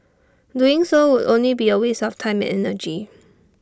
doing so would only be A waste of time and energy